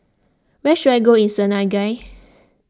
where should I go in Senegal